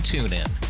TuneIn